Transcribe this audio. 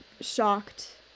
shocked